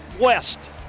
west